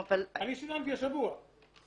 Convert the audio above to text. שילמתי השבוע.